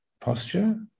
posture